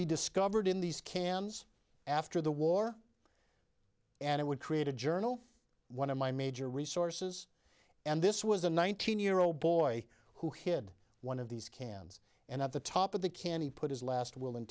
be discovered in these cans after the war and it would create a journal one of my major resources and this was a nineteen year old boy who hid one of these cans and at the top of the candy put his last will and